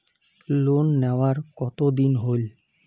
Loan নেওয়ার কতদিন হইল?